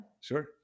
Sure